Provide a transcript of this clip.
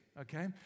okay